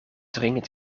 dringend